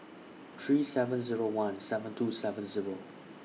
three seven Zero one seven two seven Zero